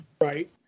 Right